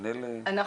תפנה לביטוח לאומי.